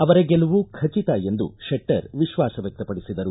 ಅವರ ಗೆಲುವು ಖಚಿತ ಎಂದು ಜಗದೀಶ್ ಶೆಟ್ಟರ್ ವಿಶ್ವಾಸ ವ್ಯಕ್ತಪಡಿಸಿದರು